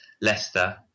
Leicester